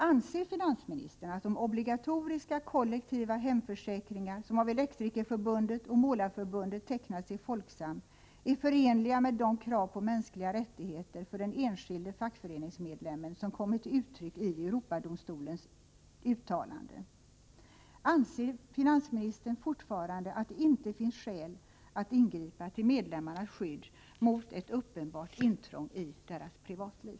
Anser finansministern att de obligatoriska kollektiva hemförsäkringar som av Elektrikerförbundet och Målareförbundet tecknats i Folksam är förenliga med de krav på mänskliga rättigheter för den enskilde fackföreningsmedlemmen som kommit till uttryck i Europadomstolens uttalanden? Anser finansministern fortfarande att det inte finns skäl att ingripa till medlemmarnas skydd mot ett uppenbart intrång i deras privatliv?